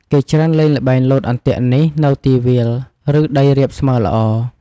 គេច្រើនលេងល្បែងលោតអន្ទាក់នេះនៅទីវាល ឬដីរាបស្មើល្អ។